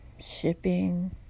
shipping